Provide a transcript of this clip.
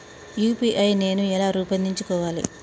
UPI నేను ఎలా రూపొందించుకోవాలి?